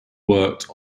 worked